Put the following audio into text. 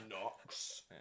knocks